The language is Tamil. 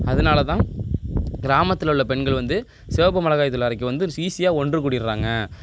அதனால தான் கிராமத்தில் உள்ள பெண்கள் வந்து சிவப்பு மிளகாய் தூள் அரைக்க வந்து ஈஸியாக ஒன்று கூடுறாங்க